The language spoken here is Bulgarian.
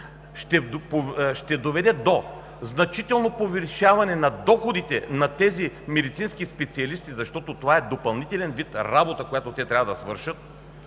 ще доведе до значително повишаване на доходите на тези медицински специалисти, защото това е допълнителен вид работа, която те трябва да свършат,